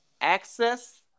access